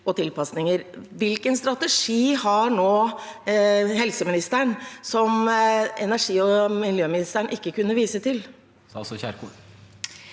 Hvilken strategi har nå helseministeren som klima- og miljøministeren ikke kunne vise til?